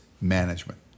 management